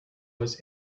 was